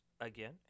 again